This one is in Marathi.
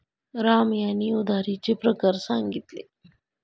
राम यांनी उधारीचे प्रकार सांगितले